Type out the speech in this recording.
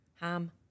ham